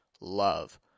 love